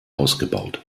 ausgebaut